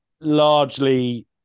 largely